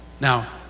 now